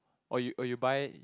or you or you buy